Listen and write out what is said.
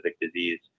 disease